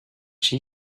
she